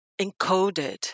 encoded